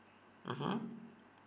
mmhmm